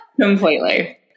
completely